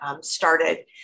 started